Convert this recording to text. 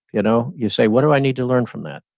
you know you say, what do i need to learn from that?